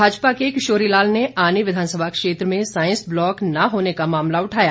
भाजपा के किशोरी लाल ने आनी विधानसभा क्षेत्र में सांइस ब्लॉक न होने का मामला उठाया